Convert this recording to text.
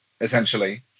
essentially